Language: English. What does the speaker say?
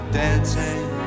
dancing